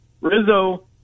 Rizzo